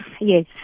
yes